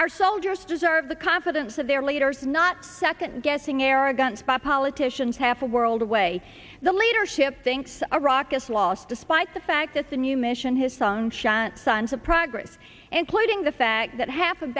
our soldiers deserve the confidence of their leaders not second guessing arrogance by politicians half a world away the leadership thinks iraq us lost despite the fact that the new mission has sunk shan't signs of progress including the fact that half of